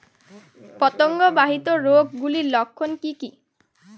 পতঙ্গ বাহিত রোগ গুলির লক্ষণ কি কি?